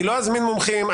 אני לא אזמין מומחים,